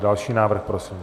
Další návrh prosím.